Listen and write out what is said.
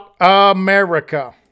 America